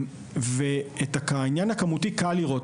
את העניין הכמותי קל לראות,